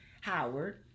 Howard